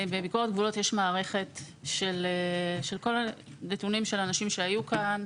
בביקורת גבולות יש מערכת של כל הנתונים של אנשים שהיו כאן,